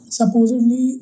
supposedly